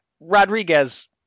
Rodriguez